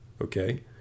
okay